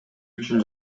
үчүн